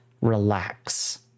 relax